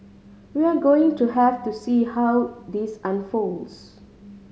we're going to have to see how this unfolds